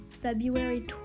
February